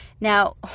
Now